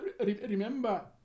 Remember